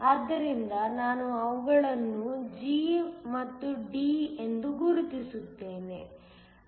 ಆದ್ದರಿಂದ ನಾನು ಅವುಗಳನ್ನು G ಮತ್ತು D ಎಂದು ಗುರುತಿಸುತ್ತೇನೆ